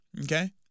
Okay